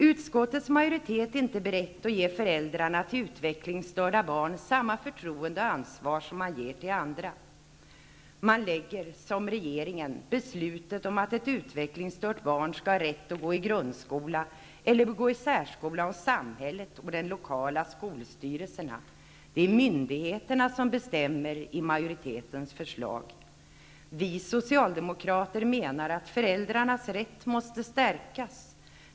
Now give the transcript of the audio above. Utskottets majoritet är inte beredd att ge föräldrarna till utvecklingsstörda barn samma förtroende och ansvar som man ger till andra. Man lägger -- liksom regeringen -- beslutet om att ett utvecklingsstört barn skall ha rätt att gå i grundskola eller bör gå i särskolan hos samhället och den lokala skolstyrelsen. Det är myndigheterna som bestämmer i majoritetens förslag. Vi socialdemokrater menar att föräldrarnas rätt måste stärkas.